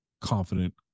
confident